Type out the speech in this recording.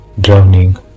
drowning